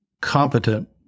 competent